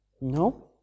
No